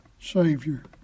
Savior